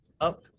up